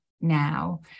now